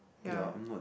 ya